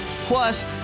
Plus